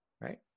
Right